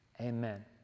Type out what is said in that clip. amen